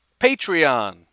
patreon